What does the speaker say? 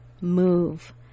move